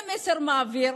איזה מסר הוא מעביר?